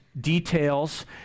details